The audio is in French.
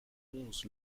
onze